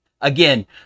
Again